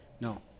No